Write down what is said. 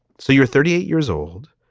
so you're thirty eight years old.